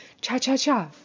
Cha-cha-cha